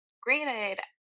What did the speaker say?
granted